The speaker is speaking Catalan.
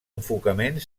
enfocament